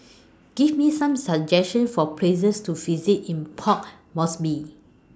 Give Me Some suggestions For Places to visit in Port Moresby